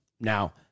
Now